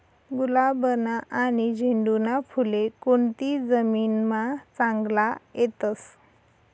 गुलाबना आनी झेंडूना फुले कोनती जमीनमा चांगला येतस?